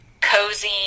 cozy